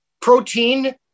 protein